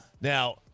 Now